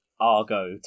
argo